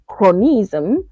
chronism